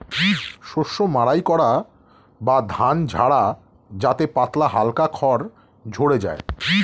শস্য মাড়াই করা বা ধান ঝাড়া যাতে পাতলা হালকা খড় ঝড়ে যায়